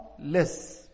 less